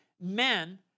men